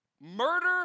murder